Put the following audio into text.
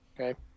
Okay